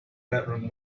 bedroom